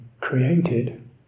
created